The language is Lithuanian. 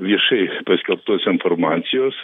viešai paskelbtos informacijos